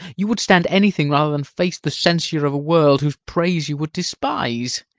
you would stand anything rather than face the censure of a world, whose praise you would despise.